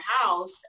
house